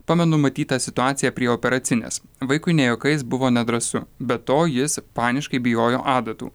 pamenu matytą situaciją prie operacinės vaikui ne juokais buvo nedrąsu be to jis paniškai bijojo adatų